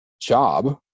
job